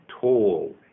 tall